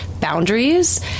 boundaries